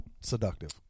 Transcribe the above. Seductive